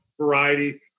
variety